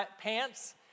pants